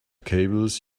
cables